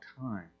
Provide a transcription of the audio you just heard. time